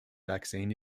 vaccine